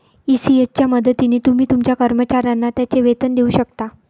ECS च्या मदतीने तुम्ही तुमच्या कर्मचाऱ्यांना त्यांचे वेतन देऊ शकता